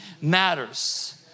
matters